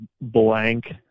blank